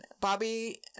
Bobby